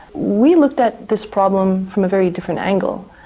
we looked at this problem from a very different angle.